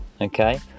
Okay